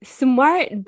smart